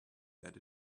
that